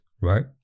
right